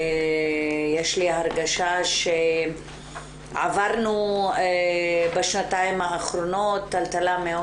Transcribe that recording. יש לי הרגשה שעברנו בשנתיים האחרונות טלטלה מאוד